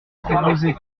proposez